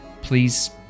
Please